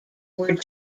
were